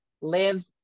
Live